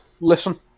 Listen